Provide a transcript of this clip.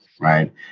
right